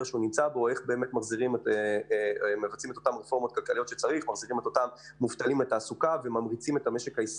שהוא נמצא בו ואיך מחזירים את אותם המובטלים לתעסוקה וממריצים את המשק.